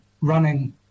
running